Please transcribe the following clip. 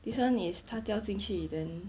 this one is 他掉进去 then